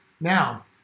now